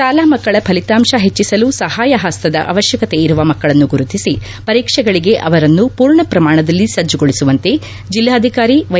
ಶಾಲಾ ಮಕ್ಕಳ ಫಲಿತಾಂಶ ಹೆಟ್ಟಸಲು ಸಹಾಯ ಹಸ್ತದ ಅವಶ್ಯಕತೆಯಿರುವ ಮಕ್ಕಳನ್ನು ಗುರುತಿಸಿ ಪರೀಕ್ಷೆಗಳಿಗೆ ಅವರನ್ನು ಪೂರ್ಣ ಪ್ರಮಾಣದಲ್ಲಿ ಸಜ್ಜುಗೊಳಿಸುವಂತೆ ಜಿಲ್ಲಾಧಿಕಾರಿ ವೈ